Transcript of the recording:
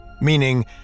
meaning